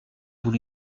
vous